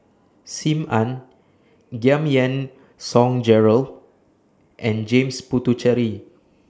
SIM Ann Giam Yean Song Gerald and James Puthucheary